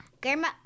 Grandma